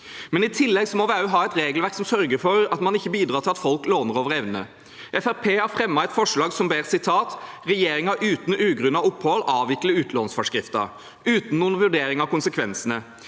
I tillegg må vi ha et regelverk som sørger for at man ikke bidrar til at folk låner over evne. Fremskrittspartiet har fremmet et forslag hvor en ber «regjeringen uten ugrunnet opphold avvikle utlånsforskriften», uten noen vurdering av konsekvensene.